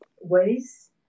ways